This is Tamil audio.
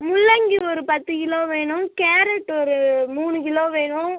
முள்ளங்கி ஒரு பத்து கிலோ வேணும் கேரட் ஒரு மூணு கிலோ வேணும்